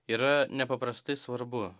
yra nepaprastai svarbu